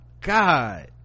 god